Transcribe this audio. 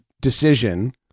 decision